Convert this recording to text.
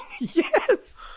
Yes